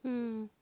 mm